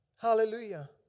Hallelujah